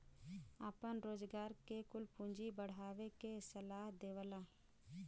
आपन रोजगार के कुल पूँजी बढ़ावे के सलाह देवला